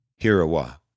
Hirawa